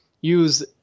use